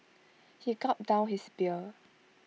he gulped down his beer